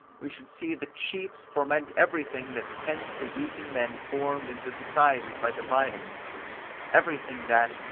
we should see the chiefs foment everything that tends to weaken men formed into societies by dividing them everything that,